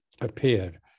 appeared